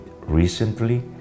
recently